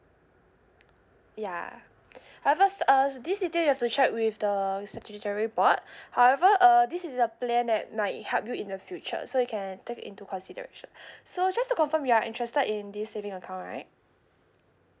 ya however uh this detail you have to check with the secretary board however uh this is the plan that might help you in the future so you can take it into consideration so just to confirm you are interested in this saving account right